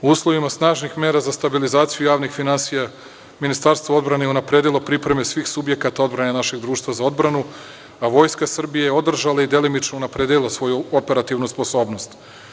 Uslovima snažnih mera za stabilizaciju javnih finansija Ministarstvo odbrane je unapredilo pripreme svih subjekata odbrane našeg društva za odbranu, a Vojska Srbije je održala i delimično unapredila svoju operativnu sposobnost.